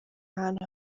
ahantu